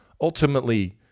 ultimately